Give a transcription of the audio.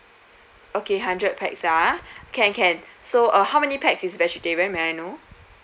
okay hundred pax ah can can so uh how many pax is vegetarian may I know